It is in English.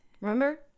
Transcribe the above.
Remember